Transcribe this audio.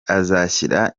azashyira